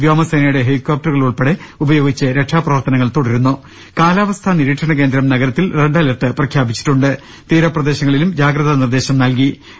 വ്യോമസേനയുടെ ഹെലികോപ്റ്ററുകൾ ഉൾപ്പടെ ഉപയോഗിച്ച് രക്ഷാ പ്രവർത്തനങ്ങൾ തുടരുന്നു കാലാവസ്ഥ നിരീക്ഷണ കേന്ദ്രം നഗരത്തിൽ റെഡ് അലർട്ട് പ്രഖ്യാപിച്ചിട്ടുണ്ട് തീര പ്രദേശങ്ങളിലും ജാഗ്രത നിർദ്ദേശം നൽകിയിട്ടുണ്ട്